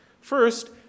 First